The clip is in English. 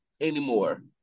anymore